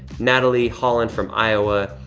natalie holland from iowa,